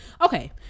Okay